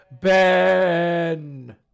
Ben